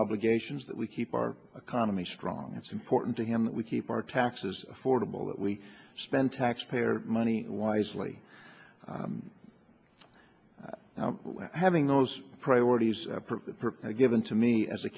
obligations that we keep our economy strong it's important to him that we keep our taxes affordable that we spend taxpayer money wisely now having those priorities given to me as a